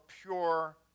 pure